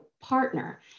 partner